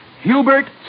Hubert